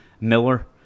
Miller